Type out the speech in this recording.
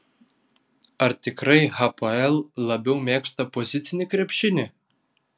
ar tikrai hapoel labiau mėgsta pozicinį krepšinį